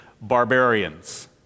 barbarians